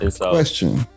Question